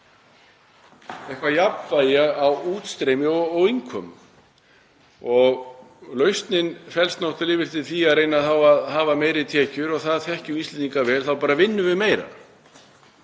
eitthvert jafnvægi á útstreymi og innkomu. Lausnin felst yfirleitt í því að reyna þá að hafa meiri tekjur og það þekkjum við Íslendingar vel. Þá bara vinnum við meira.